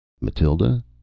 Matilda